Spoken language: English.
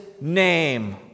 name